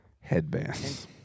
headbands